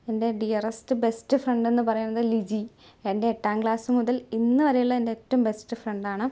എൻ്റെ dearest best ഫ്രണ്ടെന്ന് പറയുന്നത് ലിജി എൻ്റെ എട്ടാം ക്ലാസ്സുമുതൽ ഇന്നുവരെ ഉള്ളയെൻ്റെ ഏറ്റവും ബെസ്റ്റ് ഫ്രണ്ടാണ്